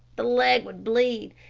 the leg would bleed,